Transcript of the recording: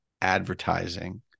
advertising